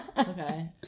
Okay